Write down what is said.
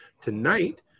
Tonight